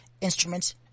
instruments